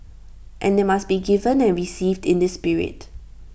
and they must be given and received in this spirit